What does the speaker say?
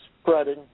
spreading